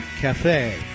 Cafe